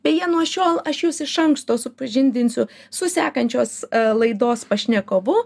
beje nuo šiol aš jus iš anksto supažindinsiu su sekančios laidos pašnekovu